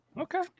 Okay